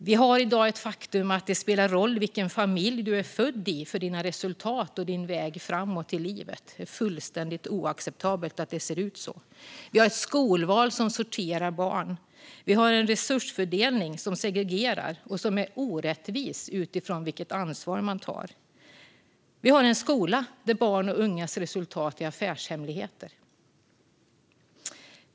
Det är i dag ett faktum att det för dina resultat och din väg framåt i livet spelar en roll vilken familj du är född i. Det är fullständigt oacceptabelt att det ser ut. Vi har ett skolval som sorterar barn. Vi har en resursfördelning som segregerar och som är orättvis utifrån det ansvar man tar. Vi har en skola där barns och ungas resultat är affärshemligheter.